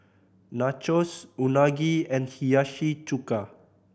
Nachos Unagi and Hiyashi Chuka